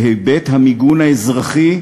בהיבט המיגון האזרחי,